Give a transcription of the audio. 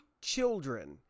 children